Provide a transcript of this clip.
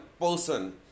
person